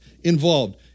involved